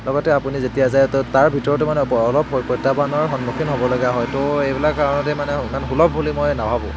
লগতে আপুনি যেতিয়া যায় তাৰ ভিতৰতো মানে অলপ প্ৰত্যাহ্বানৰ সন্মুখীন হ'বলগীয়া হয় ত' এইবিলাক কাৰণতে মানে ইমান সুলভ বুলি মই নাভাবোঁ